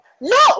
No